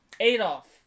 Adolf